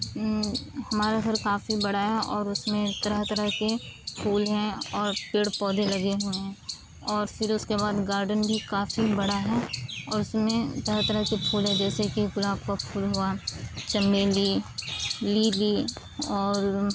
ہمارا گھر کافی بڑا ہے اور اس میں طرح طرح کے پھول ہیں اور پیڑ پودے لگے ہوئے ہیں اور پھر اس کے بعد گارڈن بھی کافی بڑا ہے اور اس میں طرح طرح کے پھول ہیں جیسے کہ گلاب کا پھول ہوا چنبیلی لیلی اور